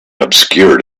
obscured